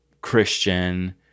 christian